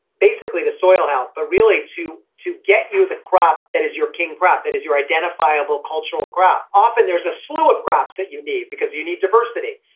basically the soil health. but really to to get you the crop that is your king crop, that is your identifiable cultural crop. often there's a slew of crops that you need because you need diversity.